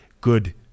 good